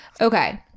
Okay